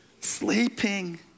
Sleeping